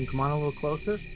you come out a little closer?